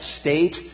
state